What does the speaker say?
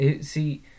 see